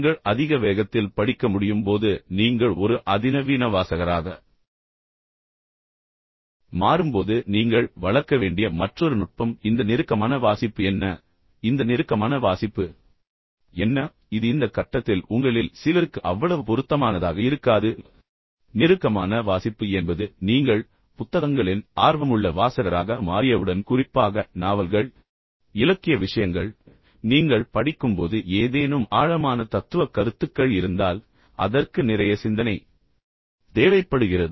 நீங்கள் அதிக வேகத்தில் படிக்க முடியும் போது நீங்கள் ஒரு அதிநவீன வாசகராக மாறும்போது நீங்கள் வளர்க்க வேண்டிய மற்றொரு நுட்பம் இந்த நெருக்கமான வாசிப்பு என்ன இந்த நெருக்கமான வாசிப்பு என்ன இது இந்த கட்டத்தில் உங்களில் சிலருக்கு அவ்வளவு பொருத்தமானதாக இருக்காது என்றாலும் நெருக்கமான வாசிப்பு என்பது நீங்கள் புத்தகங்களின் ஆர்வமுள்ள வாசகராக மாறியவுடன் குறிப்பாக நாவல்கள் இலக்கிய விஷயங்கள் அல்லது நீங்கள் படிக்கும்போது ஏதேனும் ஆழமான தத்துவக் கருத்துக்கள் இருந்தால் அதற்கு நிறைய சிந்தனை தேவைப்படுகிறது